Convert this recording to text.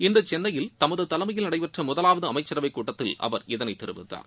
இன்று சென்னையில் தமது தலைமையில் நடைபெற்ற முதலாவது அமைச்சரவைக்கூட்டத்தில் அவர் இதனை தெரிவித்தார்